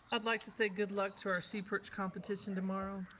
i'd like to say good luck to our seaperch competition tomorrow.